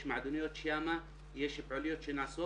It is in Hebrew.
יש מועדוניות שם, יש פעילויות שנעשות